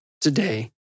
today